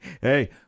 Hey